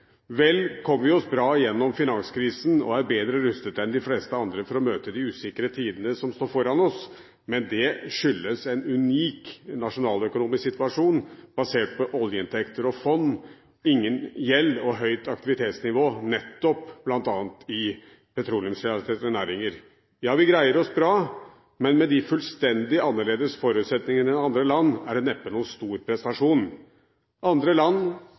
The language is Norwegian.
Vel kom vi oss bra gjennom finanskrisen og er bedre rustet enn de fleste andre for å møte de usikre tidene som står foran oss, men det skyldes en unik nasjonaløkonomisk situasjon basert på oljeinntekter og fond, ingen gjeld og høyt aktivitetsnivå nettopp bl.a. i petroleumsrelaterte næringer. Ja vi greier oss bra, men med fullstendig annerledes forutsetninger enn andre land er det neppe noen stor prestasjon. Andre land